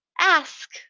ask